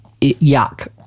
Yuck